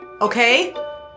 Okay